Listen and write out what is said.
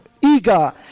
eager